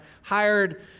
hired